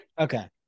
Okay